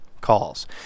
calls